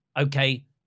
Okay